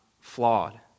flawed